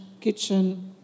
kitchen